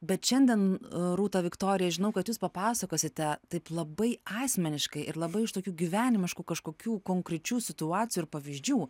bet šiandien rūta viktorija žinau kad jūs papasakosite taip labai asmeniškai ir labai iš tokių gyvenimiškų kažkokių konkrečių situacijų ir pavyzdžių